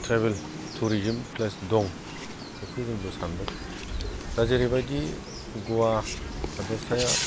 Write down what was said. travel थुरिजोम place दं बेखौ जोंबो सानदों दा जेरैबायदि गवा हादरसाया